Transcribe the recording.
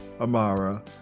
Amara